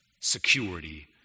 security